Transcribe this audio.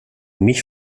mich